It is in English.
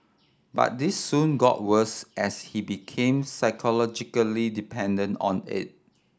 but this soon got worse as he became psychologically dependent on it